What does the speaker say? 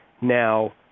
Now